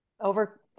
over